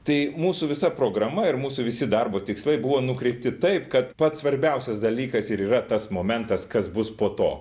tai mūsų visa programa ir mūsų visi darbo tikslai buvo nukreipti taip kad pats svarbiausias dalykas ir yra tas momentas kas bus po to